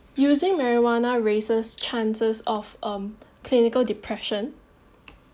using marijuana raises chances of um clinical depression